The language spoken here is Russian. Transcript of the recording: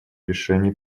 решений